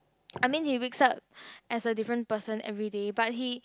I mean he wakes up as a different person everyday but he